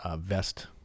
Vest